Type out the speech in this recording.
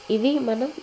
ఇవి మనం